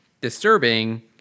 disturbing